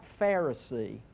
Pharisee